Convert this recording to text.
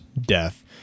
death